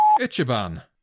Ichiban